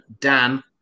Dan